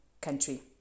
country